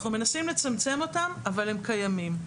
אנחנו מנסים לצמצם אותם, אבל הם קיימים.